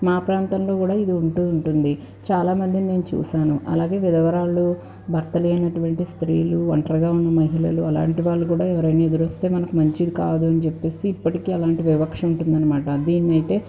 మా ప్రాంతంలో కూడా ఇది ఉంటూ ఉంటుంది చాల మందిని నేను చూసాను అలాగే వెధవరాళ్ళు భర్త లేనటువంటి స్త్రీలు ఒంటరిగా ఉన్న మహిళలు అలాంటి వాళ్ళు కూడా ఎవరైనా ఎదురొస్తే మనకు మంచిది కాదు అని చెప్పేసి ఇప్పటికి అలాంటి వివక్ష ఉంటుందనమాట దీన్నైతే